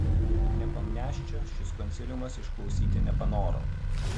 nepomniaščio šis konsiliumas išklausyti nepanoro